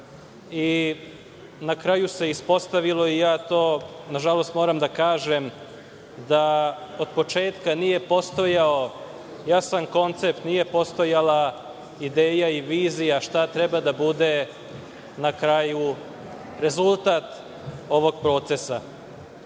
Na kraju se ispostavilo, i to, nažalost, moram da kažem, da od početka nije postojao jasan koncept, nije postojala ideja i vizija šta treba da bude na kraju rezultat ovog procesa.